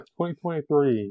2023